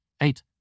Eight